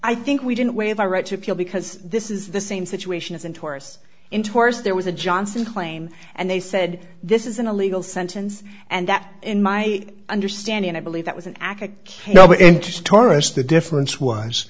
i think we didn't wave our right to appeal because this is the same situation as in tours in tours there was a johnson claim and they said this is an illegal sentence and that in my understanding i believe that was an academic interest taurus the difference was